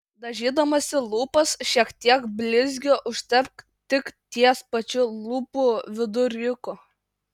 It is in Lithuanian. dažydamasi lūpas šiek tiek blizgio užtepk tik ties pačiu lūpų viduriuku